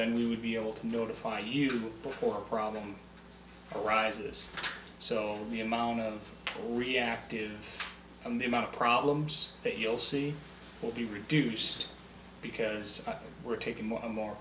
then we would be able to notify you before a problem arises so the amount of reactive and the amount of problems that you'll see will be reduced because we're taking more of a more